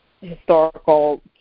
historical